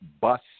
bus